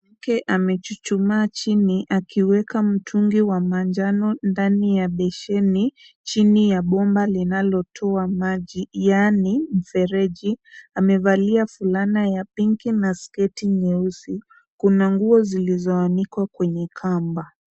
Mke amechuchumaa chini, akiweka mtungi wa manjano ndani ya besheni, chini ya bomba linalota maji yaani mfereji. Amevalia fulana ya pink na sketi nyeusi. Kuna nguo zilizoanikwa kwenye kamba.